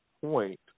point